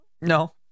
No